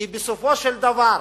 כי בסופו של דבר